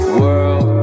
world